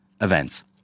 events